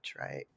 right